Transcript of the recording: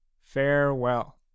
Farewell